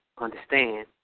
understand